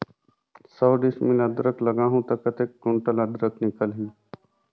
सौ डिसमिल अदरक लगाहूं ता कतेक कुंटल अदरक निकल ही?